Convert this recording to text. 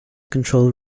control